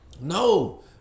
no